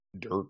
dirt